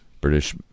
British